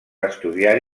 estudiar